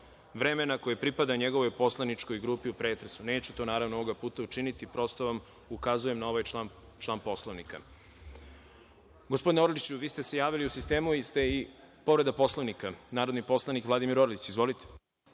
vremena koje pripada njegovoj poslaničkoj grupi u pretresu. Neću to naravno ovog puta učiniti, prosto ukazujem na ovaj član Poslovnika. Gospodine Orliću, vi ste se javili, u sistemu ste. Povreda Poslovnika, narodni poslanik Vladimir Orlić. Izvolite.